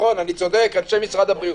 אני צודק אנשי משרד הבריאות?